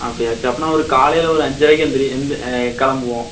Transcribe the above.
அப்படியா சே அப்படினா ஒரு காலையில் ஒரு அஞ்சரைக்கு எந்திரி எந் கிளம்புவோம்